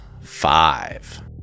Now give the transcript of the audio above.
five